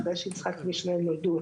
אחרי שיצחק וישמעאל נולדו,